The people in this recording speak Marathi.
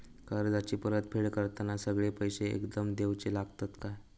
कर्जाची परत फेड करताना सगळे पैसे एकदम देवचे लागतत काय?